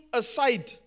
aside